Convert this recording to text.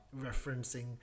referencing